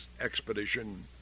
expedition